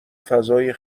فضای